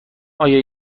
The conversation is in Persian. آیا